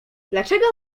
dlaczego